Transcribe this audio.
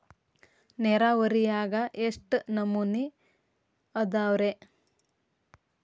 ನೇರಾವರಿಯಾಗ ಎಷ್ಟ ನಮೂನಿ ಅದಾವ್ರೇ?